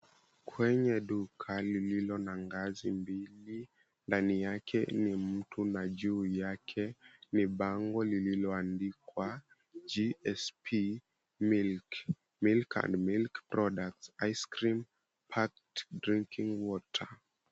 Kwenye duka, lililo na ngazi mbili. Ndani yake ni mtu, na juu yake ni bango lililoandikwa, GSP Milk, Milk and milk products, ice cream, packed drinking water.